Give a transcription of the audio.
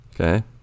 Okay